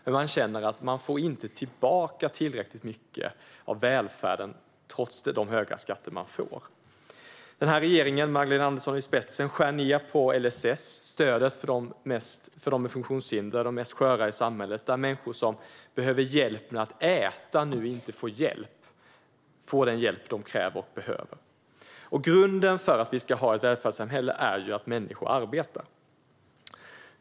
Men man känner att man inte får tillbaka tillräckligt mycket i välfärd, trots de höga skatter man betalar. Den här regeringen, med Magdalena Andersson i spetsen, skär ned på LSS-stödet till dem med funktionshinder, de sköraste i samhället. Människor som behöver hjälp med att äta får nu inte den hjälp de kräver och behöver. Grunden för ett välfärdssamhälle är ju att människor arbetar.